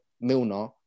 Milner